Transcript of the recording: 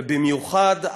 ובמיוחד,